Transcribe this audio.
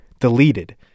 deleted